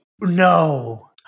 No